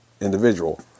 individual